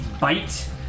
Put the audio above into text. bite